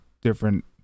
different